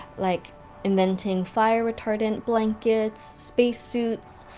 like inventing fire retardant blankets, space suits,